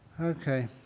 Okay